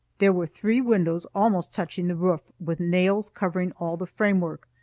there were three windows almost touching the roof, with nails covering all the framework.